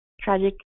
tragic